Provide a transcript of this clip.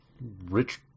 Rich